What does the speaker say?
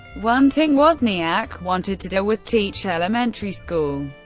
one thing wozniak wanted to do was teach elementary school,